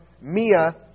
Mia